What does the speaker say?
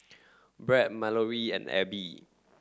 Brad Mallorie and Abbie